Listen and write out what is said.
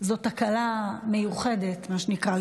זו תקלה מיוחדת, מה שנקרא.